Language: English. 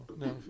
no